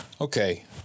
okay